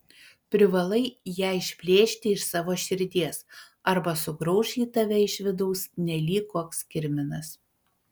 privalai ją išplėšti iš savo širdies arba sugrauš ji tave iš vidaus nelyg koks kirminas